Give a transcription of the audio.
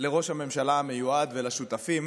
לראש הממשלה המיועד ולשותפים